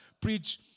preach